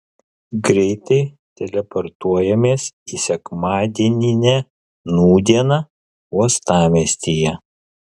greitai teleportuojamės į sekmadieninę nūdieną uostamiestyje